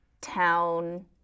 town